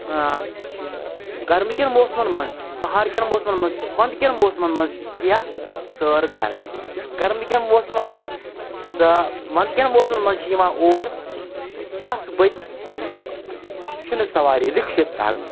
گرمہٕ کٮ۪ن موسمَن منٛز تہِ بہار کٮ۪ن موسمَن منٛز تہِ وَنٛدٕ کٮ۪ن موسمَن منٛز تہِ سِیاح سٲر کَرنہِ گَرمہٕ کٮ۪ن موسمَن منٛز وَنٛدٕ کٮ۪ن موسمَن منٛز چھِ یِوان اور ساسہٕ بٔدۍ لُکھ شِنہٕ سَوارِ رِکشہٕ ترٛاونہِ